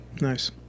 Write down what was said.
Nice